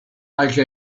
like